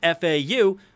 FAU